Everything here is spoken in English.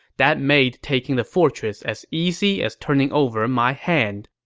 that made taking the fortress as easy as turning over my hand.